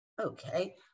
Okay